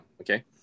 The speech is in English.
okay